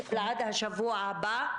עד השבוע הבא,